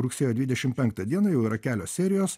rugsėjo dvidešim penktą dieną jau yra kelios serijos